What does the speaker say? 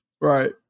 right